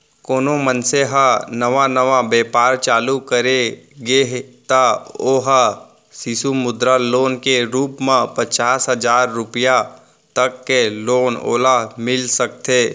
कोनो मनसे ह नवा नवा बेपार चालू करे हे त ओ ह सिसु मुद्रा लोन के रुप म पचास हजार रुपया तक के लोन ओला मिल सकथे